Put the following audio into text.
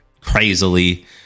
crazily